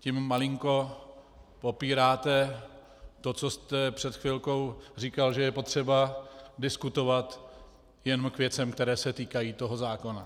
Tím malinko popíráte to, co jste před chvilkou říkal, že je potřeba diskutovat jen k věcem, které se týkají toho zákona.